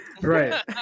Right